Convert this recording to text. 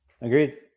Agreed